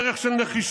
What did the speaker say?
דרך של נחישות,